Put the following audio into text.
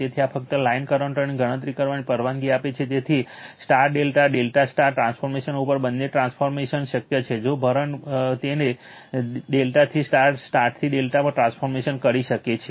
તેથી આ ફક્ત લાઇન કરંટોની ગણતરી કરવાની પરવાનગી આપે છે તેથી Y ∆∆ Y ટ્રાન્સફોર્મેશન ઉપર બંને ટ્રાન્સફોર્મેશન શક્ય છે જો ભરણ તેને ∆ થી Y Y થી ∆ માં ટ્રાન્સફોર્મેશન કરી શકે છે